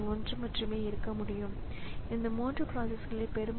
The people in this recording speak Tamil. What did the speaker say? எனவே கணினி செய்யும் முதல் விஷயம் இதுதான்